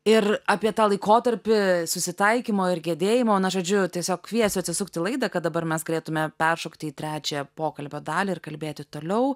ir apie tą laikotarpį susitaikymo ir gedėjimo na žodžiu tiesiog kviesiu atsisukti laidą kad dabar mes galėtumėme peršokti į trečią pokalbio dalį ir kalbėti toliau